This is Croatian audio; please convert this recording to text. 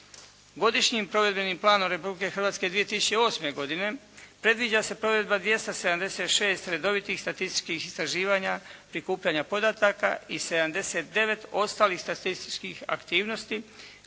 Godišnjim provedbenim planom Republike Hrvatske 2008. godine predviđa se provedba 276 redovitih statističkih istraživanja prikupljanja podataka i 79 ostalih statističkih aktivnosti